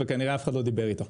וכנראה אף אחד לא דיבר איתו.